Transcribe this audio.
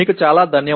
மிக்க நன்றி